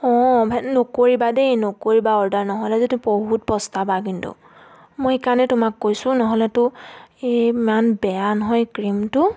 অঁ ভ নকৰিবা দেই নকৰিবা অৰ্ডাৰ নহ'লে যে বহুত পস্তাবা কিন্তু মই সেইকাৰণে তোমাক কৈছোঁ নহ'লেতো এই ইমান বেয়া নহয় ক্ৰীমটো